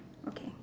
okay